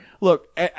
Look